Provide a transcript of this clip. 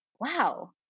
wow